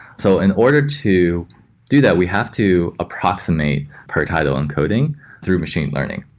so in order to do that, we have to approximate per title encoding through machine learning.